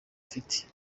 afite